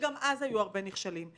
שגם אז היו הרבה נכשלים?